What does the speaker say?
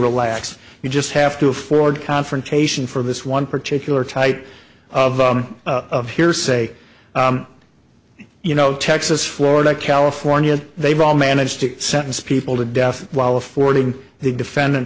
relaxed you just have to afford confrontation for this one particular type of of hearsay you know texas florida california they've all managed to sentence people to death while affording the defendant the